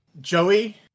Joey